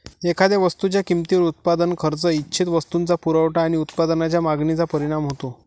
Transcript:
एखाद्या वस्तूच्या किमतीवर उत्पादन खर्च, इच्छित वस्तूचा पुरवठा आणि उत्पादनाच्या मागणीचा परिणाम होतो